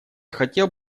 хотел